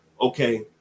Okay